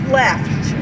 left